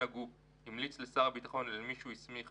הגוף המליץ לשר הביטחון אישית או למי שהוא הסמיך,